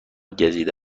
گزیده